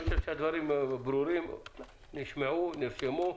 אני חושב שהדברים ברורים, נשמעו, נרשמו,